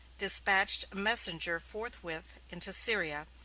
dispatched a messenger forthwith into syria,